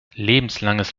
lebenslanges